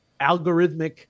algorithmic